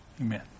amen